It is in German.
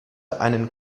einen